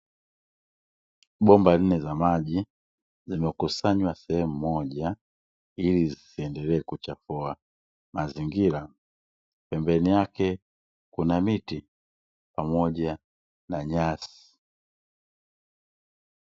Bomba nne za maji, zimekusanywa sehemu moja ili zisiendelee kuchafua mazingira, pembeni yake kuna miti, pamoja na nyasi.